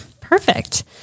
perfect